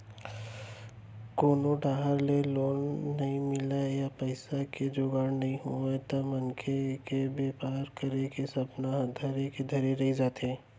कोनो डाहर ले लोन नइ मिलय या पइसा के जुगाड़ नइ होवय त मनसे के बेपार करे के सपना ह धरे के धरे रही जाथे